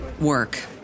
work